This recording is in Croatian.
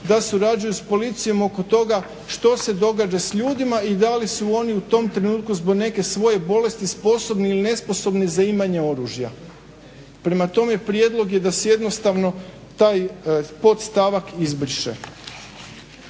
da surađuju s policijom oko toga što se događa s ljudima i da li su oni u tom trenutku zbog neke svoje bolesti sposobni il nesposobni za imanje oružja. Prema tome, prijedlog je da se jednostavno taj podstavak izbriše.